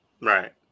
Right